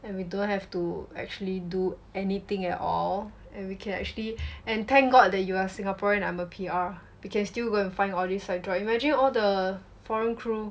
and we don't have to actually do anything at all and we can actually and thank god that you are singaporean I'm a P_R because still go and find all these like job imagine all the foreign crew